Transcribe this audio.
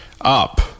up